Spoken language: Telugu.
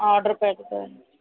ఆర్డర్ పెడతాను